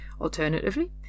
Alternatively